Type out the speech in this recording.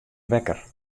wekker